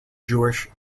jewish